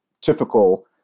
typical